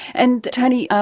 and tony,